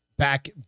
Back